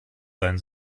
sein